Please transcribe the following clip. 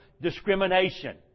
discrimination